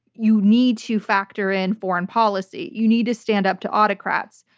you need to factor in foreign policy. you need to stand up to autocrats.